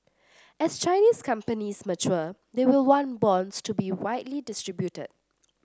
as Chinese companies mature they will want bonds to be widely distributed